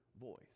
voice